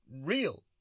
real